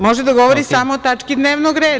Može da govori samo o tački dnevnog reda.